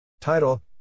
Title